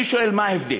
אני שואל: מה ההבדל?